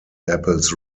apples